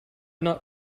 not